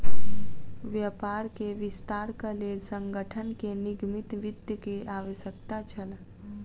व्यापार के विस्तारक लेल संगठन के निगमित वित्त के आवश्यकता छल